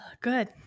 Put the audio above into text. Good